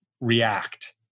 react